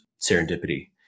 serendipity